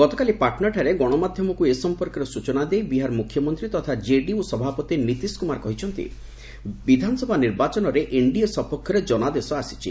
ଗତକାଲି ପାଟନାଠାରେ ଗଣମାଧ୍ୟମକୁ ଏ ସମ୍ପର୍କରେ ସ୍ବଚନା ଦେଇ ବିହାର ମୁଖ୍ୟମନ୍ତ୍ରୀ ତଥା କେଡିୟୁ ସଭାପତି ନୀତିଶ କୁମାର କହିଛନ୍ତି ବିଧାନସଭା ନିର୍ବାଚନରେ ଏନ୍ଡିଏ ସପକ୍ଷରେ ଜନାଦେଶ ଆସିଛି